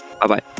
Bye-bye